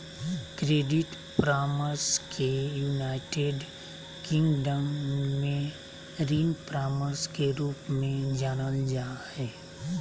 credit परामर्श के United Kingdom में ऋण परामर्श के रूप में जानल जा हइ